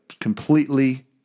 completely